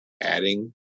adding